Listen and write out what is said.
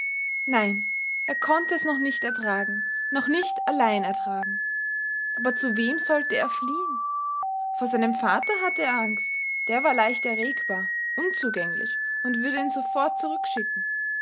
nein er konnte es noch nicht ertragen noch nicht allein ertragen aber zu wem sollte er fliehen vor seinem vater hatte er angst der war leicht erregbar unzugänglich und würde ihn sofort zurückschicken zurück